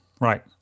right